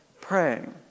praying